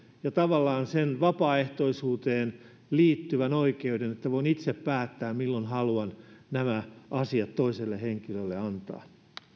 ja tavallaan siihen vapaaehtoisuuteen liittyvä oikeus että voin itse päättää milloin haluan nämä asiat toiselle henkilölle antaa